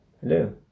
Hello